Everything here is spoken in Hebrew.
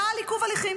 הודעה על עיכוב הליכים.